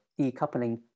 decoupling